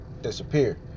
disappear